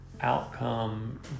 outcome